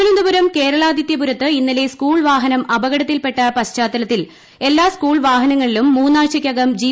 തിരുവനന്തപുരം കേരളാദിത്യപുരത്ത് ഇന്നലെ സ്കൂൾ വാഹനം അപകടത്തിൽപ്പെട്ട പശ്ചാത്തലത്തിൽ എല്ലാ സ്കൂൾ വാഹനങ്ങളിലും മൂന്നാഴ്ചക്കകം ജി